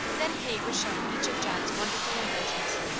then kate was shown each of john's wonderful inventions.